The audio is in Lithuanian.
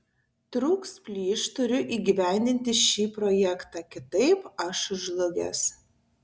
trūks plyš turiu įgyvendinti šį projektą kitaip aš žlugęs